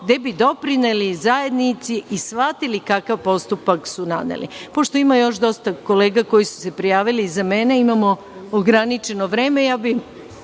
gde bi doprineli zajednici i shvatili kakav postupak su naneli. Pošto ima još dosta kolega koji su se prijavili iza mene, imam ograničeno vreme, ovim